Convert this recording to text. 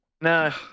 no